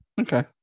Okay